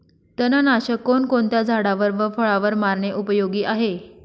तणनाशक कोणकोणत्या झाडावर व फळावर मारणे उपयोगी आहे?